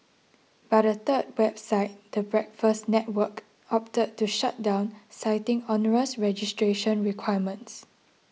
but a third website the Breakfast Network opted to shut down citing onerous registration requirements